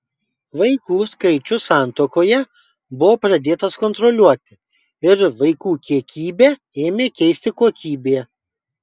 vaikų skaičius santuokoje buvo pradėtas kontroliuoti ir vaikų kiekybę ėmė keisti kokybė